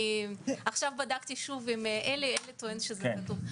עכשיו בדקתי שוב עם עלי, עלי טוען שזה כתוב.